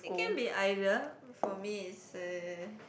it can be either for me it's uh